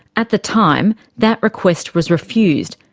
at the time that request was refused.